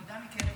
תודה מקרב